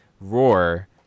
roar